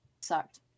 sucked